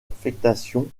affectation